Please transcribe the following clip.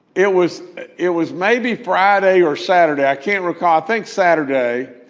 it was it was maybe friday or saturday. i can't recall. think saturday.